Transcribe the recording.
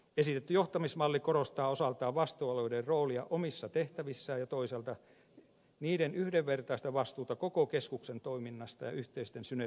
esitetty johtamismalli korostaa osaltaan vastuualueiden roolia omissa tehtävissään ja toisaalta niiden yhdenvertaista vastuuta koko keskuksen toiminnasta ja yhteisten synergiaetujen saavuttamisesta